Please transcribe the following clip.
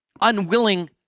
unwilling